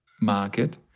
market